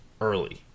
early